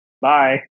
bye